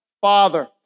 Father